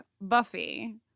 Buffy